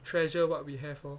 treasure what we have lor